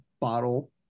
bottle